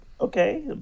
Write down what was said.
okay